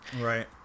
Right